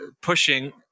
pushing